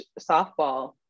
softball